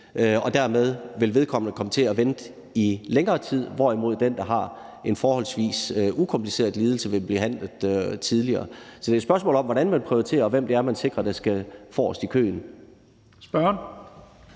Dermed vil vedkommende komme til at vente i længere tid, hvorimod den, der har en forholdsvis ukompliceret lidelse, vil blive behandlet tidligere. Så det er et spørgsmål om, hvordan man prioriterer, og hvem man sikrer skal forrest i køen. Kl.